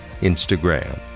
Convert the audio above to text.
Instagram